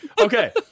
okay